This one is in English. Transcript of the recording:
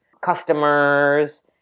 customers